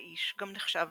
האיש גם נחשב